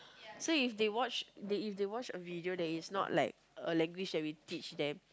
so if they watch if they watch a video that is not like a language that we teach them